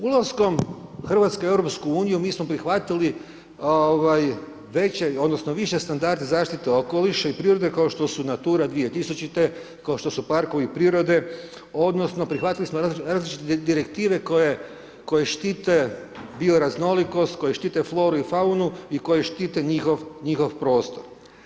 Ulaskom RH u EU mi smo prihvatili veće odnosno više standarde zaštite okoliša i prirode kao što su Natura 2000, kao što su Parkovi prirode odnosno prihvatili smo različite Direktive koje štite bioraznolikost, koje štite floru i faunu i koje štite njihov prostor.